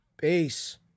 Peace